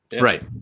right